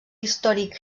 històric